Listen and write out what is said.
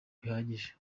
bihagije